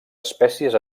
espècies